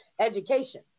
Education